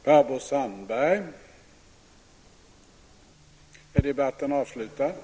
Herr talman! Jag vill bara säga att det sista faktiskt inte var riktigt sant. Man plockar ju bort drygt 10